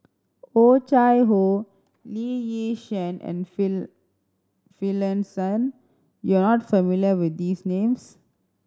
Oh Chai Hoo Lee Yi Shyan and Finlayson you are not familiar with these names